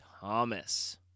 Thomas